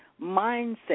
mindset